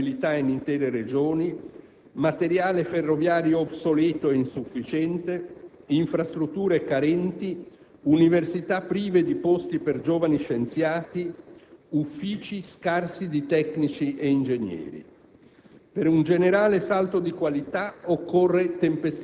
Di qui la mancanza di strade, che impedisce la mobilità in intere Regioni; materiale ferroviario obsoleto e insufficiente; infrastrutture carenti, università prive di posti per giovani scienziati; uffici scarsi di tecnici e ingegneri.